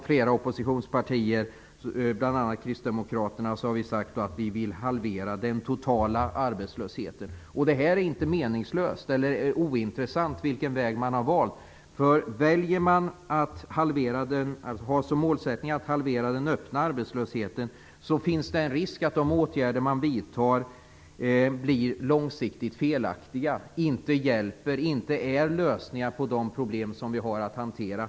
Flera oppositionspartier, bl.a. kristdemokraterna, har sagt att vi vill halvera den totala arbetslösheten. Det är inte ointressant vilken väg man har valt. Har man som målsättning att halvera den öppna arbetslösheten, finns det en risk att de åtgärder man vidtar blir långsiktigt felaktiga, inte hjälper, inte är lösningar på de problem som vi har att hantera.